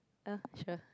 yeah sure